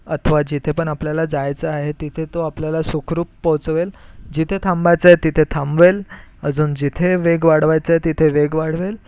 अथवा जिथे पण आपल्याला जायच आहे तिथे तो आपल्याला सुखरूप पोचवेल जिथे थांबायचं आहे तिथे थांबवेल अजून जिथे वेग वाढवायचा आहे तिथे वेग वाढवेल